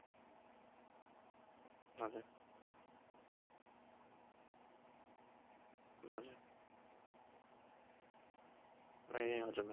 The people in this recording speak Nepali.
हजुर हजुर हजुर ए हजुर म्याम